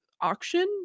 auction